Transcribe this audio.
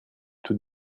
tout